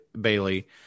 Bailey